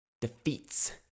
defeats